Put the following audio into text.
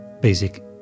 Basic